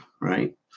right